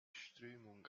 strömung